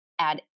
add